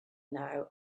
now